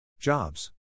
Jobs